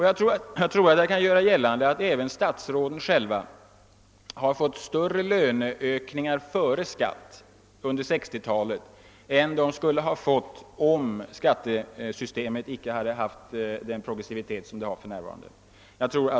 Jag tror att jag kan göra gällande att även statsråden själva har fått större löneökningar före skatt under 1960-talet än de skulle ha fått om skattesystemet inte hade haft den progressivitet som det för närvarande har.